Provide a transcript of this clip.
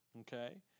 Okay